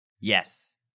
Yes